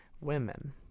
Women